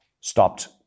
stopped